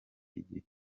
igihe